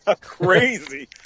Crazy